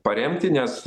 paremti nes